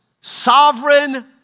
Sovereign